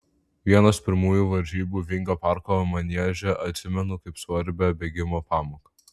vienas pirmųjų varžybų vingio parko manieže atsimenu kaip svarbią bėgimo pamoką